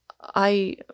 I